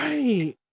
Right